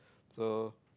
so